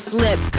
Slip